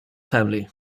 family